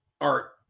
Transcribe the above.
art